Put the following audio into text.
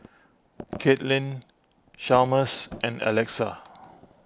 Caitlin Chalmers and Alexa